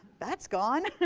that's gone.